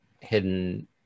hidden